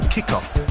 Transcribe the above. Kickoff